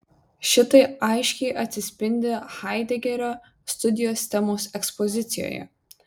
šitai aiškiai atsispindi haidegerio studijos temos ekspozicijoje